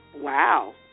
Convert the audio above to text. wow